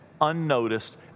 unnoticed